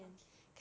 okay